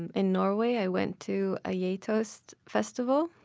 and in norway, i went to a yeah geitost festival.